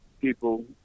people